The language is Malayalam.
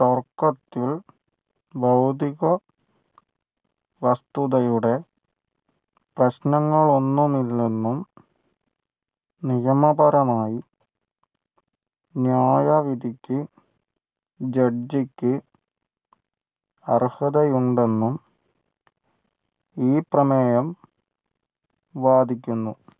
തർക്കത്തിൽ ഭൗതിക വസ്തുതയുടെ പ്രശ്നങ്ങളൊന്നും ഇല്ലെന്നും നിയമപരമായി ന്യായവിധിക്ക് ജെഡ്ജിക്ക് അർഹതയുണ്ടെന്നും ഈ പ്രമേയം വാദിക്കുന്നു